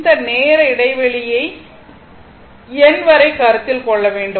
இந்த நேர இடைவெளியை n வரை கருத்தில் கொள்ள வேண்டும்